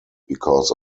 because